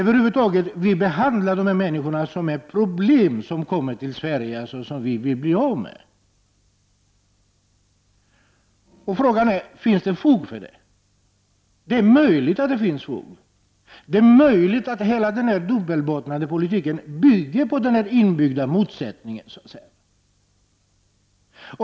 Vi behandlar över huvud taget dessa människor som problem som kommer till Sverige och som vi vill bli av med. Frågan är om det finns fog för detta. Det är möjligt att det finns fog. Det är möjligt att hela denna dubbelbottnade politik bygger på den inbyggda motsättningen.